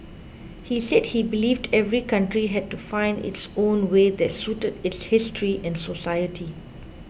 he said he believed every country had to find its own way that suited its history and society